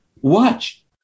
watch